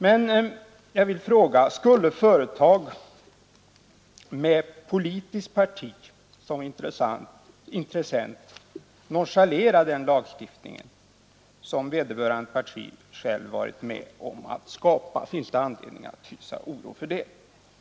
Men jag skulle vilja fråga om det finns anledning att hysa oro för att företag med ett politiskt parti som intressent nonchalerar den lagstiftning som vederbörande parti självt varit med om att skapa.